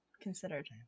considered